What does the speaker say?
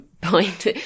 point